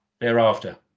thereafter